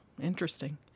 Interesting